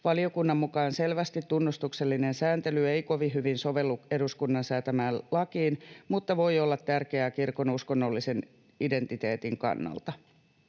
Valiokunnan mukaan selvästi tunnustuksellinen sääntely ei kovin hyvin sovellu eduskunnan säätämään lakiin mutta voi olla tärkeää kirkon uskonnollisen identiteetin kannalta.